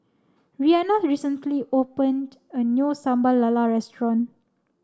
Rianna recently opened a new Sambal Lala restaurant